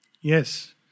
Yes